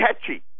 catchy